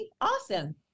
awesome